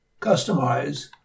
customize